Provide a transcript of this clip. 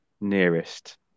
nearest